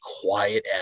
quiet